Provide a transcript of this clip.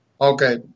Okay